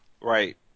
Right